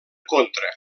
contra